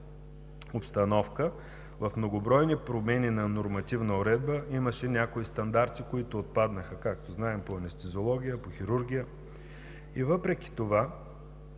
обстановка, в многобройни промени на нормативна уредба. Имаше някои стандарти, които отпаднаха – по анестезиология, по хирургия. Въпреки това,